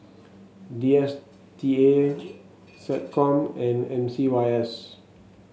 D S T A SecCom and M C Y S